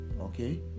okay